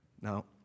No